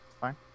Fine